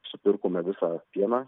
supirkome visą pieną